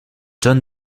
jon